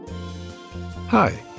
Hi